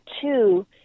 two